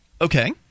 Okay